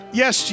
yes